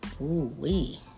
Ooh-wee